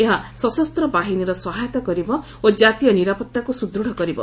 ଏହା ସଶସ୍ତ ବାହିନୀର ସହାୟତା କରିବ ଓ ଜାତୀୟ ନିରାପତ୍ତାକୁ ସୁଦତ କରିବ